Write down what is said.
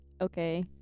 okay